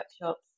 workshops